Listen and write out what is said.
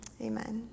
Amen